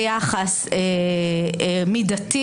ביחס מידתי